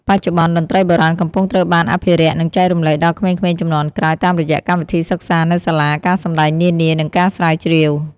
បច្ចុប្បន្ន តន្ត្រីបុរាណកំពុងត្រូវបានអភិរក្ស និងចែករំលែកដល់ក្មេងៗជំនាន់ក្រោយ តាមរយៈកម្មវិធីសិក្សានៅសាលា ការសម្តែងនានា និងការស្រាវជ្រាវ។